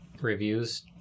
reviews